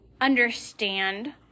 understand